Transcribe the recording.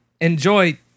enjoy